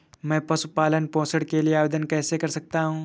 मैं पशु पालन पोषण के लिए आवेदन कैसे कर सकता हूँ?